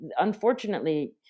unfortunately